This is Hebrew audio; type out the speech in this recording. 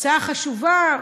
הצעה חשובה.